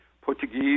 Portuguese